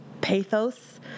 pathos